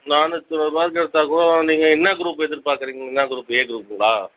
நானூற்றி இருபது மார்க் எடுத்தால்கூட நீங்கள் என்ன க்ரூப் எதிர்பார்க்குறீங்க என்ன க்ரூப் ஏ க்ரூப்புங்களா